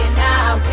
now